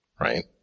right